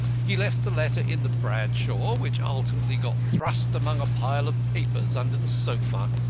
he left the letter in the bradshaw, which ultimately got thrust among a pile of papers under the sofa,